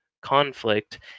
Conflict